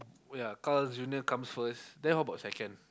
oh ya Carl's Junior comes first then how about second